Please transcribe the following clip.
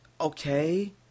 Okay